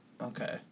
Okay